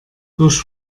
durch